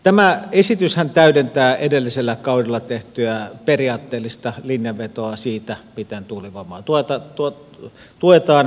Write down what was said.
tämä esityshän täydentää edellisellä kaudella tehtyä periaatteellista linjanvetoa siitä miten tuulivoimaa tuetaan